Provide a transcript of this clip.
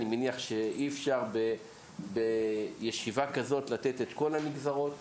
אני מניח שאי אפשר בישיבה כזו לתת את כל הנגזרות,